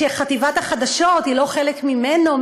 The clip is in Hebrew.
שחטיבת החדשות היא לא חלק ממנו,